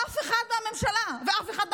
אף אחד מהממשלה ואף אחד מהקבינט.